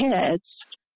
kids